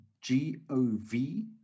g-o-v